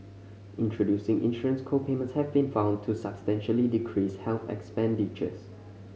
introducing insurance co payments have been found to substantially decrease health expenditures